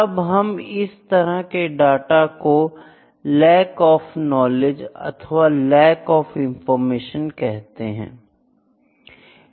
तब हम इस तरह के डाटा को लैक ऑफ नॉलेज अथवा लैक ऑफ़ इनफॉरमेशन कहते हैं